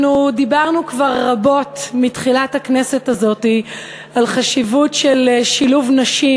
אנחנו דיברנו כבר רבות מתחילת הכנסת הזאת על החשיבות של שילוב נשים